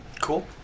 Cool